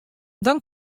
dan